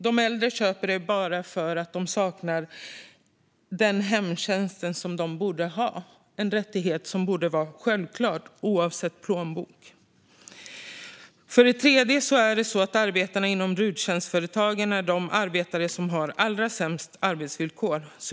De äldre köper tjänsterna bara för att de inte får den hemtjänst de borde ha. Det är en rättighet som borde vara självklar oavsett storlek på plånbok. Dessutom har arbetarna inom RUT-tjänsteföretagen de sämsta arbetsvillkoren.